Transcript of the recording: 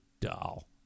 doll